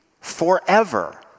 forever